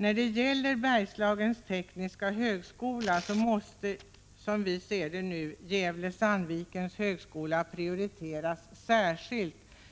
När det gäller Bergslagens tekniska högskola måste, som vi nu ser det, Gävle-Sandvikens högskola särskilt prioriteras — både